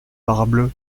parbleu